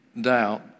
doubt